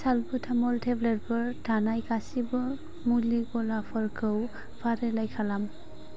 salbutamol टेब्लेटफोर थानाय गासिबो मुलि गलाफोरफोरखौ फारिलाइ खालाम